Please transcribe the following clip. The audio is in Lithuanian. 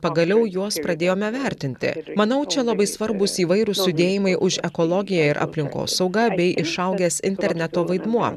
pagaliau juos pradėjome vertinti manau čia labai svarbūs įvairūs judėjimai už ekologiją ir aplinkosaugą bei išaugęs interneto vaidmuo